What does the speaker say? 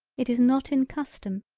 it is not in custom,